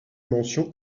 mention